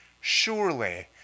Surely